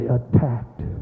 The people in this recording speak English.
attacked